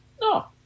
No